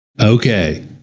Okay